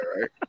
right